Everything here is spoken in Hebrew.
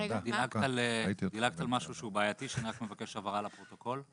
דילגת על משהו בעייתי שנבקש הבהרה לפרוטוקול,